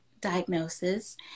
diagnosis